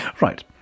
Right